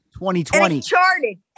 2020